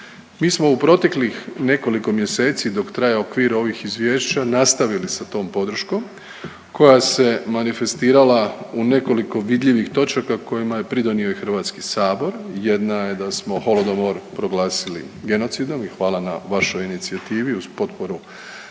Mi smo u proteklih nekoliko mjeseci dok traje okvir ovih izvješća, nastavili sa tom podrškom koja se manifestirala u nekoliko vidljivih točaka kojima je pridonio i Hrvatski sabor. Jedna je da smo Holodomor proglasili genocidom i hvala na vašoj inicijativi uz potporu